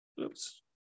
Oops